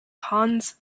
hans